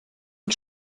mit